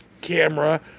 camera